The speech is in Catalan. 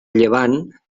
llevant